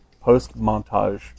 post-montage